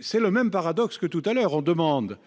C'est le même paradoxe que précédemment : on demande,